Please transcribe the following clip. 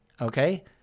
okay